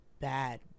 bad